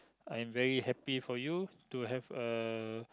I am very happy for you to have a